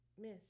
miss